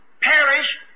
perish